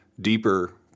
deeper